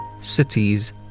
cities